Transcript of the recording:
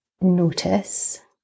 notice